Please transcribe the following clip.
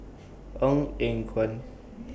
Ong Eng Guan